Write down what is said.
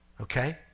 Okay